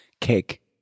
cake